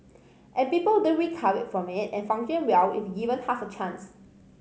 and people do recover from it and function well if given half a chance